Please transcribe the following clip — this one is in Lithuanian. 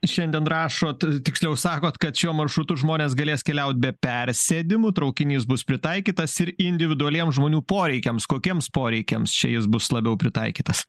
šiandien rašot tiksliau sakot kad šiuo maršrutu žmonės galės keliaut be persėdimų traukinys bus pritaikytas ir individualiem žmonių poreikiams kokiems poreikiams čia jis bus labiau pritaikytas